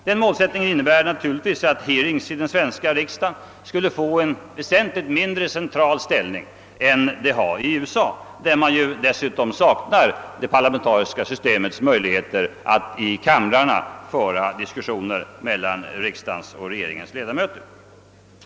Den målsättningen innebär naturligtvis att hearings i den svenska riksdagen skulle få en väsentligt mindre central ställning än de har i USA, där man ju också saknar det parlamentariska systemets möjligheter att i kamrarna föra diskussioner mellan riksdagens och regeringens ledamöter.